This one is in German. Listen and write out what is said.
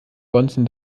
bonzen